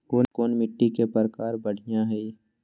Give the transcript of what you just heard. कोन मिट्टी के प्रकार बढ़िया हई?